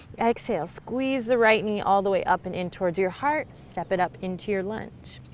exhale, squeeze the right knee all the way up and in towards your heart. step it up into your lunge.